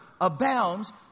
abounds